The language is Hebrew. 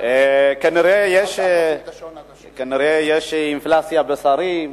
כנראה יש אינפלציה בשרים,